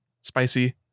spicy